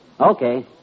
Okay